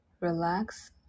relax